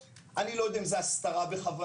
אני לא יודע אם יש פה הסתרה בכוונה.